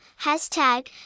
hashtag